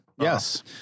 Yes